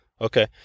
Okay